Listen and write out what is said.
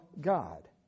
God